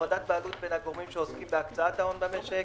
הפרדת בעלות בין הגורמים שעוסקים בהקצאת ההון במשק,